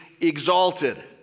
exalted